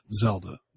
Zelda